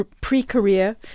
pre-career